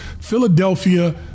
Philadelphia